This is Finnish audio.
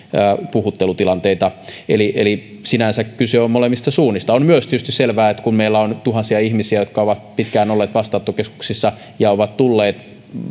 puhuttelutilanteita eli eli sinänsä kyse on molemmista suunnista on myös tietysti selvää että kun meillä on tuhansia ihmisiä jotka ovat pitkään olleet vastaanottokeskuksissa ja ovat tulleet